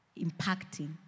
impacting